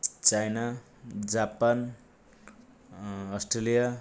China Japan Australia